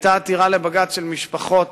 היתה עתירה לבג"ץ של משפחות